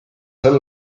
sel